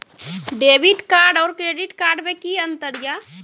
Debit card और credit card मे कि अंतर या?